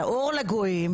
על האור לגויים,